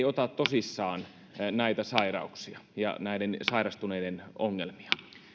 ota tosissaan näitä sairauksia ja näiden sairastuneiden ongelmia